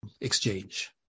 exchange